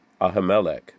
Ahimelech